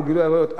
היה גילוי עריות.